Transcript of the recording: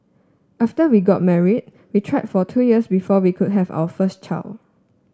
after we got married we tried for two years before we could have our first child